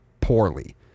poorly